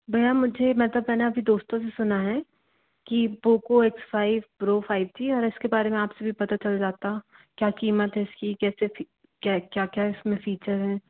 भैया मुझे मतलब मैंने अपने दोस्तों से सुना हैं कि Poco X five Pro five G और उसके बारे में आपसे भी पता चल जाता क्या कीमत है इसकी कैसे क्या क्या क्या इसमें फीचर हैं